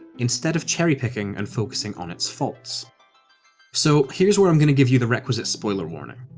instead of cherry-picking and focusing on its faults so here's where i'm going to give you the requisite spoiler warning.